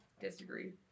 Disagree